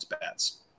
bats